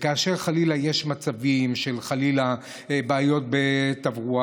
וכאשר חלילה יש מצבים של בעיות בתברואה,